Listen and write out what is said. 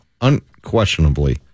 unquestionably